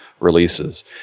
releases